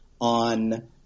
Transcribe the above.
on